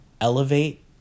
Elevate